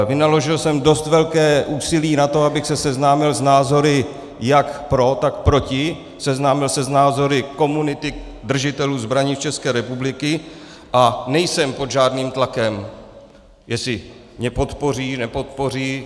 Vynaložil jsem dost velké úsilí na to, abych se seznámil s názory jak pro, tak proti, seznámil se s názory komunity držitelů zbraní České republiky, a nejsem pod žádným tlakem, jestli mě podpoří, nepodpoří.